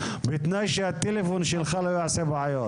בתנאי שהטלפון שלך לא יעשה בעיות.